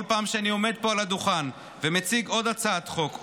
כל פעם שאני עומד פה על הדוכן ומציג עוד הצעת חוק,